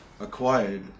acquired